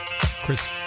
Chris